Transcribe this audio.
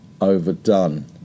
overdone